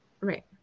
right